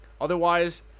otherwise